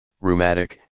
rheumatic